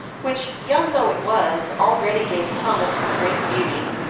which, young though it was, already gave promise of great beauty.